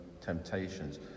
temptations